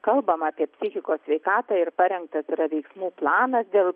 kalbama apie psichikos sveikatą ir parengtas yra veiksmų planas dėl